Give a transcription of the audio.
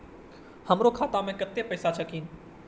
हमरो खाता में कतेक पैसा छकीन?